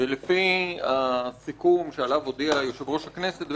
לפי הסיכום שעליו הודיע יושב-ראש הכנסת,